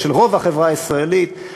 של רוב החברה הישראלית,